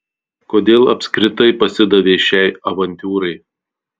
kodėl apskritai pasidavei šiai avantiūrai